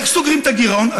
איך סוגרים את הגירעון?